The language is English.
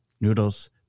noodles